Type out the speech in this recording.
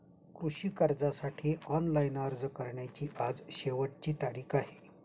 कृषी कर्जासाठी ऑनलाइन अर्ज करण्याची आज शेवटची तारीख आहे